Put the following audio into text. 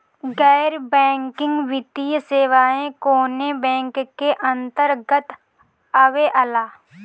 गैर बैंकिंग वित्तीय सेवाएं कोने बैंक के अन्तरगत आवेअला?